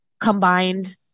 combined